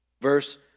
Verse